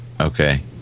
Okay